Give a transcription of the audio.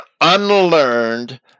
unlearned